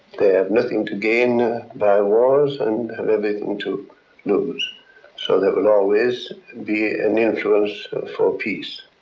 they have nothing to gain by wars and have everything to lose so there will always be an influence for peace.